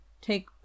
take